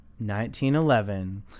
1911